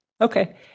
Okay